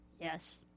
Yes